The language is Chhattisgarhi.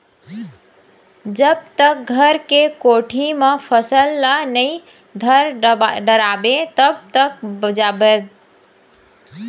जब तक घर के कोठी म फसल ल नइ धर डारबे तब तक बने जात के सूत नइ सकस